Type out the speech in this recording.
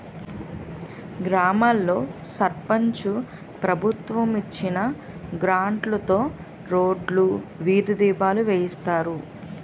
గ్రామాల్లో సర్పంచు ప్రభుత్వం ఇచ్చిన గ్రాంట్లుతో రోడ్లు, వీధి దీపాలు వేయిస్తారు